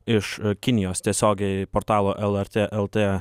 iš kinijos tiesiogiai portalo lrt lt